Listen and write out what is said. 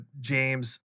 James